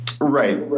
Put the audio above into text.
right